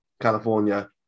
California